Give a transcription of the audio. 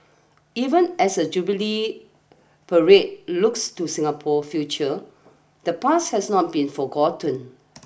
even as the Jubilee parade looks to Singapore future the past has not been forgotten